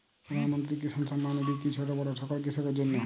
প্রধানমন্ত্রী কিষান সম্মান নিধি কি ছোটো বড়ো সকল কৃষকের জন্য?